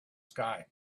sky